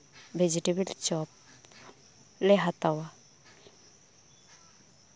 vegetable ᱪᱚᱯ ᱞᱮ ᱦᱟᱛᱟᱣᱟ